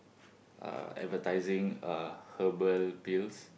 uh advertising uh herbal pills